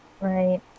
right